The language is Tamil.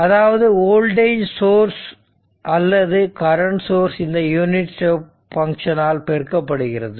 அதாவது வோல்டேஜ் சோர்ஸ் அல்லது கரெண்ட் சோர்ஸ் இந்த யூனிட் ஸ்டெப் பங்க்ஷன் ஆல் பெருக்கப்படுகிறது